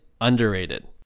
underrated